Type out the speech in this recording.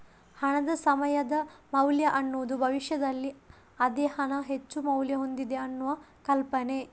ಹಣದ ಸಮಯದ ಮೌಲ್ಯ ಅನ್ನುದು ಭವಿಷ್ಯದಲ್ಲಿ ಅದೇ ಹಣ ಹೆಚ್ಚು ಮೌಲ್ಯ ಹೊಂದಿದೆ ಅನ್ನುವ ಕಲ್ಪನೆ